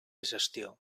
gestió